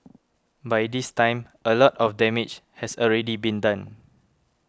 by this time a lot of damage has already been done